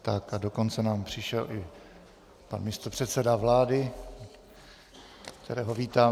Tak, a dokonce nám přišel i místopředseda vlády , kterého vítáme.